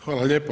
Hvala lijepo.